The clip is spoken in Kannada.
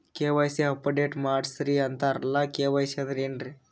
ಕೆ.ವೈ.ಸಿ ಅಪಡೇಟ ಮಾಡಸ್ರೀ ಅಂತರಲ್ಲ ಕೆ.ವೈ.ಸಿ ಅಂದ್ರ ಏನ್ರೀ?